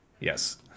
Yes